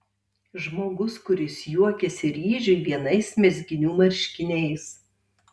žmogus kuris juokiasi ryžiui vienais mezginių marškiniais